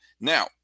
Now